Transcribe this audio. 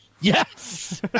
yes